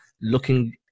looking